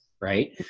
right